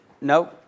No